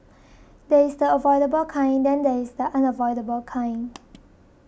there is the avoidable kind and then there is the unavoidable kind